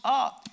up